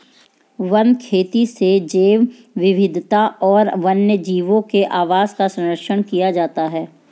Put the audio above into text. one खेती से जैव विविधता और वन्यजीवों के आवास का सरंक्षण किया जाता है